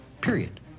Period